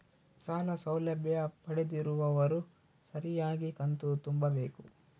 ಸಾಲ ಸೌಲಭ್ಯ ಪಡೆದಿರುವವರು ಸರಿಯಾಗಿ ಕಂತು ತುಂಬಬೇಕು?